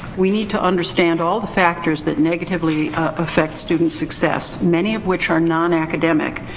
we need to understand all the factors that negatively effect student's success. many of which are non-academic.